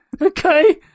Okay